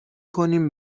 کنیم